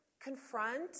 Confront